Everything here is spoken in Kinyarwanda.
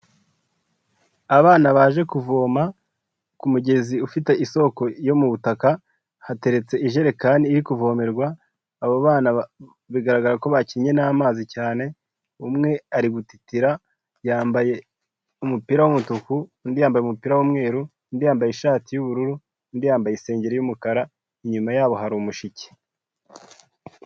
Abana baje kuvoma ku mugezi ufite isoko yo mu butaka, hateretse ijerekani iri kuvomerwa, abo bana bigaragara ko bakinnye n'amazi cyane, umwe ari gutitira, yambaye umupira w'umutuku, undi yambaye umupira w'umweru, undi yambaye ishati y'ubururu, undi yambaye isengeri y'umukara, inyuma yabo hari umushike.